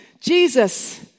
Jesus